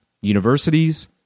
Universities